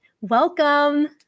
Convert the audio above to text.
Welcome